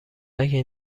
اگه